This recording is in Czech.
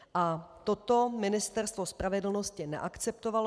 A toto Ministerstvo spravedlnosti neakceptovalo.